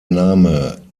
name